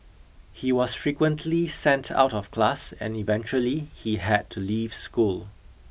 he was frequently sent out of class and eventually he had to leave school